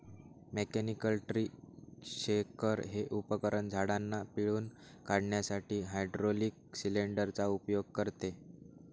mechanical tree shaker हे उपकरण झाडांना पिळून काढण्यासाठी हायड्रोलिक सिलेंडर चा उपयोग करते